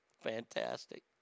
Fantastic